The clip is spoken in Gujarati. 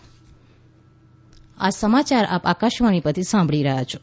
કોરોના અપીલ આ સમાચાર આપ આકાશવાણી પરથી સાંભળી રહ્યા છો